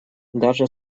даже